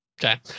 Okay